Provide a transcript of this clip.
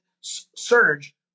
surge